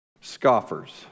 scoffers